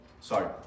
Sorry